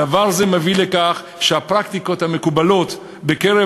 דבר זה מביא לכך שהפרקטיקות המקובלות בקרב